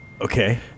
Okay